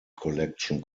collection